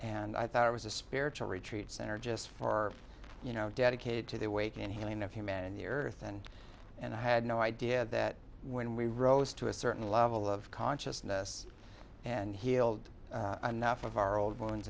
and i thought it was a spiritual retreat center just for you know dedicated to the waking and healing of humanity the earth and and i had no idea that when we rose to a certain level of consciousness and healed enough of our old